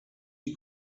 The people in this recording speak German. die